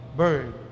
bird